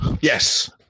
Yes